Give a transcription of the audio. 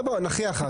נכריע אחר כך.